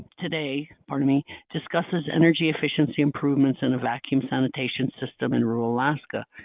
today pardon me discusses energy efficiency improvements in a vacuum sanitation system in rural alaska,